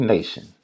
Nation